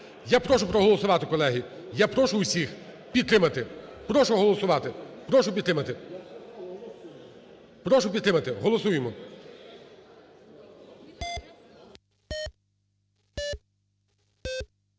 Я прошу проголосувати, колеги, я прошу усіх підтримати. Прошу голосувати, прошу підтримати. Прошу підтримати. Голосуємо.